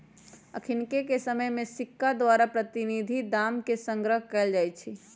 अखनिके समय में सिक्का द्वारा प्रतिनिधि दाम के संग्रह कएल जाइ छइ